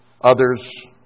others